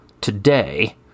today